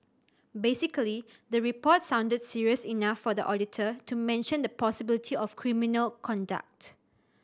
basically the report sounded serious enough for the auditor to mention the possibility of criminal conduct